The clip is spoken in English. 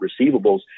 receivables